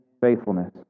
faithfulness